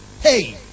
Hey